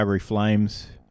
Flames